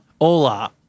Hola